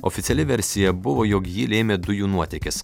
oficiali versija buvo jog ji lėmė dujų nuotėkis